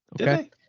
Okay